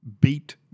beat